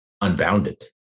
unbounded